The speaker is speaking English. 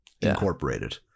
incorporated